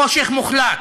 חושך מוחלט,